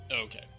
Okay